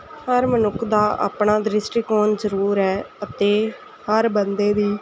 ਹਰ ਮਨੁੱਖ ਦਾ ਆਪਣਾ ਦ੍ਰਿਸ਼ਟੀਕੋਣ ਜ਼ਰੂਰ ਹੈ ਅਤੇ ਹਰ ਬੰਦੇ ਦੀ